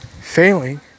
Failing